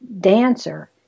dancer